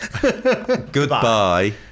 Goodbye